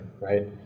right